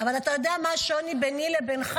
אבל אתה יודע מה השוני ביני לבינך?